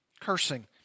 cursing